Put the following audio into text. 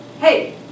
Hey